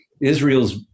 Israel's